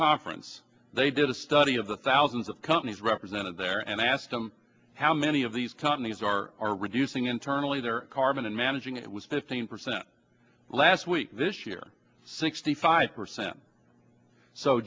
conference they did a study of the thousands of companies represented there and asked them how many of these companies are reducing internally their carbon and managing it was fifteen percent last week this year sixty five percent so